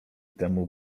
temu